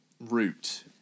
route